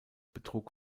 betrug